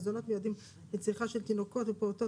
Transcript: מזונות המיועדים לצריכה של תינוקות ופעוטות